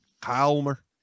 calmer